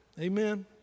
Amen